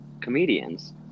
Comedians